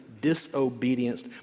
disobedience